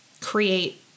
create